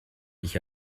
dich